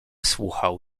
słuchał